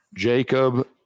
Jacob